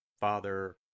Father